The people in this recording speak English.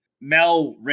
Mel